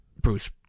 Bruce